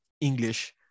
English